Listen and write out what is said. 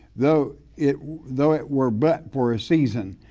though it though it were but for a season.